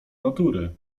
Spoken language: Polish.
natury